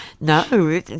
No